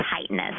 tightness